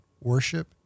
worship